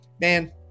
man